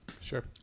sure